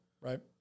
right